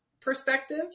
perspective